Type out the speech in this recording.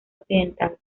occidental